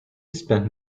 spent